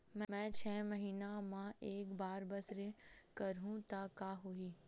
मैं छै महीना म एक बार बस ऋण करहु त का होही?